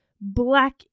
black